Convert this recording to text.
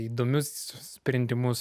įdomius sprendimus